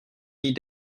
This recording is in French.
vis